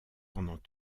pendant